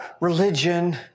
religion